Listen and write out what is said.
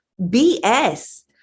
BS